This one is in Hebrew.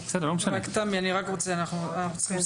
תמי, אנחנו צריכים לסיים.